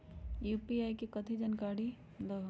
UPI कथी है? जानकारी दहु